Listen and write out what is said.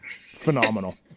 phenomenal